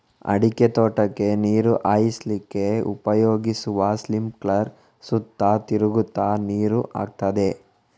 ಅಡಿಕೆ ತೋಟಕ್ಕೆ ನೀರು ಹಾಯಿಸ್ಲಿಕ್ಕೆ ಉಪಯೋಗಿಸುವ ಸ್ಪಿಂಕ್ಲರ್ ಸುತ್ತ ತಿರುಗ್ತಾ ನೀರು ಹಾಕ್ತದೆ